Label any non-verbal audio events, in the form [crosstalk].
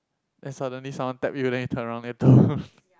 then suddenly someone tap you then you turn around then [breath]